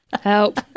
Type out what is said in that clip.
help